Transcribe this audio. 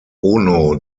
ono